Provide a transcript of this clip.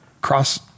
cross